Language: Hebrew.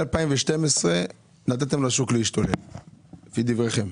מ-2012 נתתם לשוק להשתולל, כדבריכם.